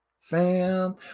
fam